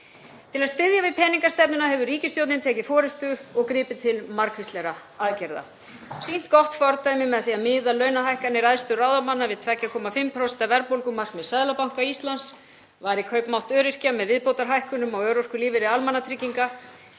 Til að styðja við peningastefnuna hefur ríkisstjórnin tekið forystu og gripið til margvíslegra aðgerða. Sýnt gott fordæmi með því að miða launahækkanir æðstu ráðamanna við 2,5% verðbólgumarkmið Seðlabanka Íslands. Varið kaupmátt öryrkja með viðbótarhækkunum á örorkulífeyri almannatrygginga.